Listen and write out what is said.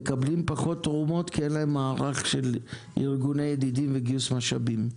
הם מקבלים פחות תרומות כי אין להם מערך של ארגוני ידידים וגיוס משאבים.